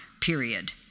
period